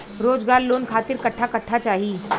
रोजगार लोन खातिर कट्ठा कट्ठा चाहीं?